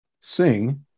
sing